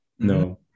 No